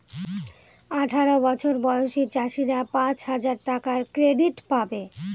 আঠারো বছর বয়সী চাষীরা পাঁচ হাজার টাকার ক্রেডিট পাবে